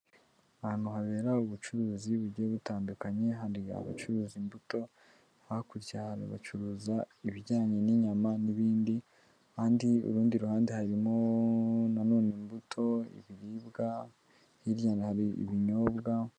Ahantu habera ubucuruzi bugiye butandukanye, hari abacuruza imbuto, hakurya hari abacuruza ibijyanye n'inyama n'ibindi kandi urundi ruhande harimo na none imbuto, ibiribwa, hirya hari ibinyobwa.